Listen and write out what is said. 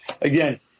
again